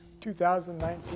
2019